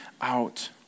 out